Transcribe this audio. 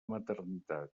maternitat